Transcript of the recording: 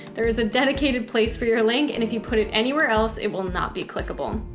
there is a dedicated place for your link, and if you put it anywhere else, it will not be clickable.